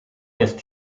jest